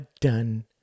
done